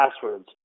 passwords